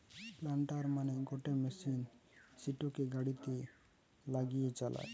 planter মানে গটে machine সিটোকে গাড়িতে লাগিয়ে চালায়